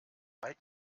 zeig